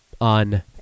on